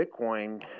Bitcoin